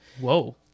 Whoa